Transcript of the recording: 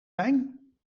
wijn